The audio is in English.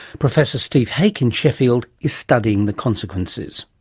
professor steve haake in sheffield is studying the consequences.